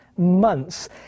months